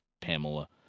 Pamela